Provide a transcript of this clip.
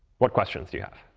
what questions you have?